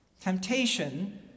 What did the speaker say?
Temptation